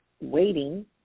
waiting